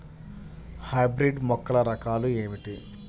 Hybrid మొక్కల రకాలు ఏమిటీ?